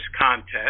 contest